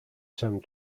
some